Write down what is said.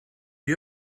you